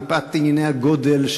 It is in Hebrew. מפאת ענייני הגודל,